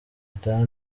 gitaha